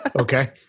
Okay